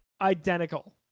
Identical